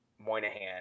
Moynihan